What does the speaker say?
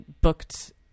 booked